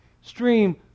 stream